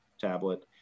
tablet